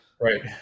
Right